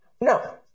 No